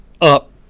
up